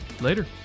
later